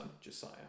Josiah